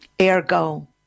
Ergo